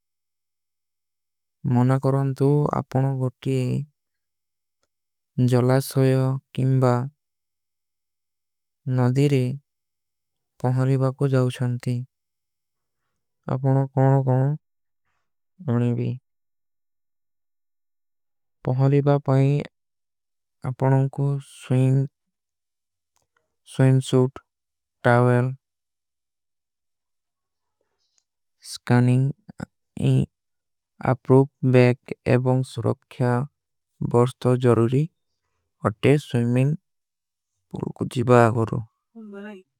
ମନା କରନ୍ତୁ ଆପନୋଂ ବୋଟକେ ଜଲାଶ ହୋଯୋ କିମ୍ବା ନଦୀରେ। ପହଲିବା କୋ ଜାଉଶାନତୀ ଆପନୋଂ କୌନୋଂ କୌନୋଂ ବୋଡେଵୀ। ପହଲିବା ପାଈ ଆପନୋଂ କୋ ସ୍ଵିଂସୂଟ ଟାଵଲ ସ୍କାନିଂଗ। ଅପ୍ରୂପ ବେକ ଏବଂଗ ସୁରୋଖ୍ଯା ବର୍ସ୍ତ। ଜରୂରୀ ଅଟେ ସ୍ଵିମିନ ପୂରୋ କୋ ଜିବା ଆଗରୋ।